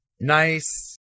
Nice